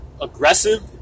aggressive